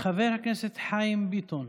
חבר הכנסת חיים ביטון,